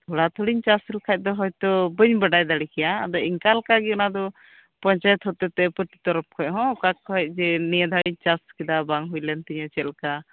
ᱟᱫᱚ ᱛᱷᱚᱲᱟ ᱛᱷᱩᱲᱤᱧ ᱪᱟᱥ ᱞᱮᱠᱷᱟᱡ ᱫᱚ ᱵᱟᱹᱧ ᱵᱟᱰᱟᱭ ᱫᱟᱲᱮᱭᱟᱜ ᱠᱮᱭᱟ ᱤᱱᱠᱟᱞᱮᱠᱟ ᱜᱮ ᱚᱱᱟᱦᱚᱸ ᱯᱚᱧᱪᱟᱭᱮᱛ ᱛᱚᱨᱚᱯᱷ ᱠᱷᱚᱡ ᱱᱤᱭᱟᱹᱵᱟᱨᱮᱧ ᱪᱟᱥ ᱠᱮᱫᱟ ᱵᱟᱝ ᱦᱩᱭ ᱞᱮᱱ ᱛᱤᱧᱟᱹ ᱪᱮᱫ ᱞᱮᱠᱟ ᱩᱱᱠᱩ ᱦᱚᱸ ᱵᱩᱜᱤ ᱵᱟᱹᱲᱤᱡ